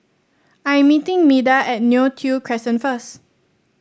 I'm meeting Meda at Neo Tiew Crescent first